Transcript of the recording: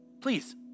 Please